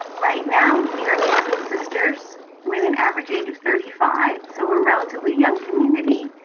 right now we are eighteen sisters with an average age of thirty five. so we're relatively young community.